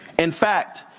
in fact,